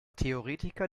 theoretiker